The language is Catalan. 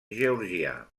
georgià